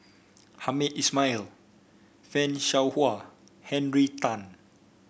Hamed Ismail Fan Shao Hua Henry Tan